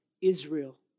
Israel